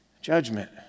judgment